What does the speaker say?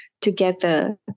together